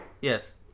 Yes